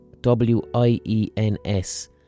W-I-E-N-S